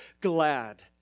glad